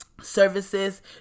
Services